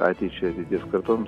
ateičiai ateities kartoms